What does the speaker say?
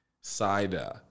cider